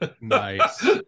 Nice